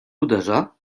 uderza